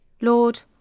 Lord